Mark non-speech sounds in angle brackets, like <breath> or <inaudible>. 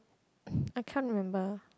<breath> I can't remember